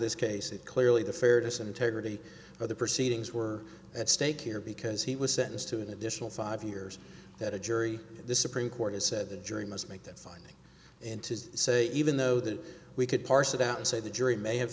this case that clearly the fairness and integrity of the proceedings were at stake here because he was sentenced to an additional five years that a jury in this supreme court has said the jury must make that finding and to say even though that we could parse it out and say the jury may have